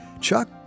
Chuck